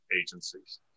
agencies